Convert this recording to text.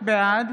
בעד